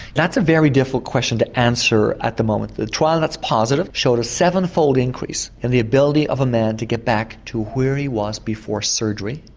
that's a very difficult question to answer at the moment. the trial that's positive showed a sevenfold increase in the ability of a man to get back to where he was before surgery.